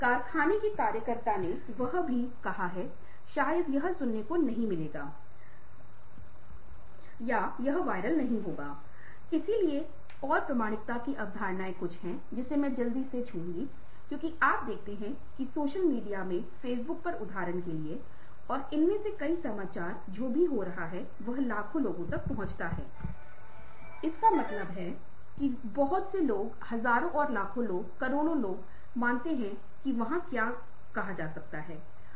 और इस प्रक्रिया में यह शिकायत निपटान की प्रक्रिया को तेज कर दिया क्योंकि व्यक्ति के पास सामाजिक कौशल है व्यक्तिगत प्रबंधक और अधिकारियों के पास सामाजिक कौशल हैं वह बहुत जल्द अन्य दलों को संतुष्ट करके शिकायतों का निपटान करने में सक्षम था